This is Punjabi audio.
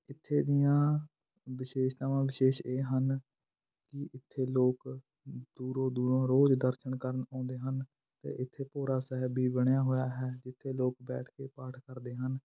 ਇੱਥੇ ਦੀਆਂ ਵਿਸ਼ੇਸ਼ਤਾਵਾਂ ਵਿਸ਼ੇਸ਼ ਇਹ ਹਨ ਕਿ ਇੱਥੇ ਲੋਕ ਦੂਰੋਂ ਦੂਰੋਂ ਰੋਜ਼ ਦਰਸ਼ਨ ਕਰਨ ਆਉਂਦੇ ਹਨ ਅਤੇ ਇੱਥੇ ਭੋਰਾ ਸਾਹਿਬ ਵੀ ਬਣਿਆ ਹੋਇਆ ਹੈ ਜਿੱਥੇ ਲੋਕ ਬੈਠ ਕੇ ਪਾਠ ਕਰਦੇ ਹਨ